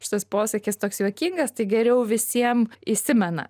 šitas posakis toks juokingas tai geriau visiem įsimena